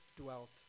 dwelt